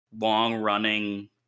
long-running